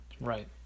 right